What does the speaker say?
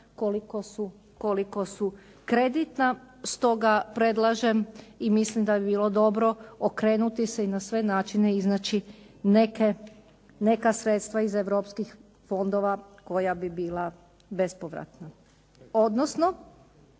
koliko su kreditna. Stoga predlažem i mislim da bi bilo dobro okrenuti se i na sve načine iznaći neka sredstva iz europskih fondova koja bi bila bespovratna. Odnosno